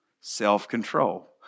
self-control